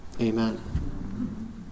amen